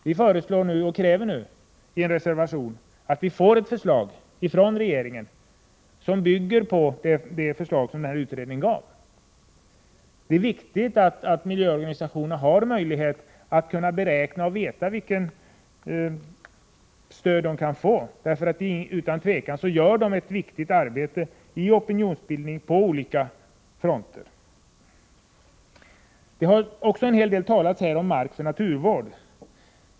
Vi kräver nu i en reservation att vi får ett förslag från regeringen som bygger på det förslag som utredningen lade fram. Det är viktigt att miljöorganisationerna har möjligheter att kunna beräkna och veta vilket stöd som de kan få. Utan tvivel utför de ett viktigt arbete när det gäller opinionsbildning på olika fronter. Det har också talats en hel del om markoch naturvård.